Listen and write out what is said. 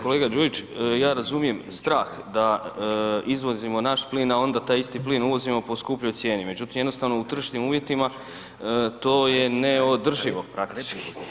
Kolega Đujić, ja razumijem strah da izvozimo naš plin, a onda taj isti plin uvozimo po skupljoj cijeni, međutim jednostavno u tržišnim uvjetima to je neodrživo praktički.